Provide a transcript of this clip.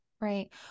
Right